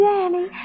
Danny